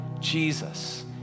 Jesus